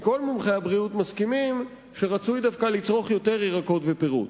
כי כל מומחי הבריאות מסכימים שרצוי דווקא לצרוך יותר פירות וירקות.